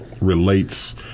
relates